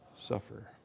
Suffer